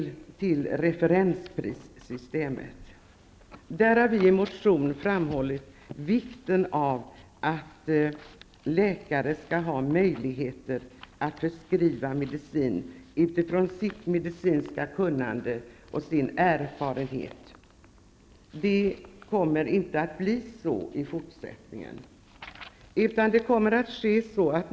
När det gäller referensprissystemet har vi i en motion framhållit vikten av att läkare skall ha möjlighet att förskriva medicin utifrån sitt medicinska kunnande och sin erfarenhet. Det kommer inte att bli så i fortsättningen.